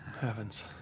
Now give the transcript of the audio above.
heavens